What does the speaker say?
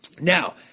Now